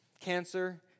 cancer